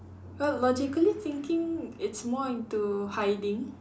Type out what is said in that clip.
well logically thinking it's more into hiding